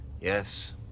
Yes